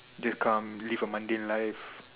just come live a mundane life